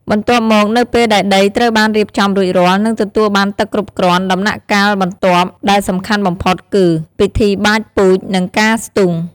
បន្ទាប់មកនៅពេលដែលដីត្រូវបានរៀបចំរួចរាល់ និងទទួលបានទឹកគ្រប់គ្រាន់ ដំណាក់កាលបន្ទាប់ដែលសំខាន់បំផុតគឺ ពិធីបាចពូជ និងការស្ទូង។